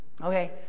Okay